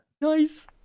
Nice